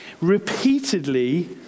repeatedly